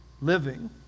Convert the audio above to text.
living